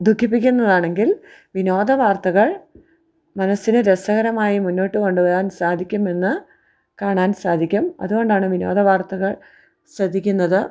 ദുഃഖിപ്പിക്കുന്നതാണെങ്കിൽ വിനോദ വാർത്തകൾ മനസ്സിന് രസകരമായി മുന്നോട്ട് കൊണ്ടുവരാൻ സാധിക്കുമെന്ന് കാണാൻ സാധിക്കും അതുകൊണ്ടാണ് വിനോദ വാർത്തകൾ ശ്രദ്ധിക്കുന്നത്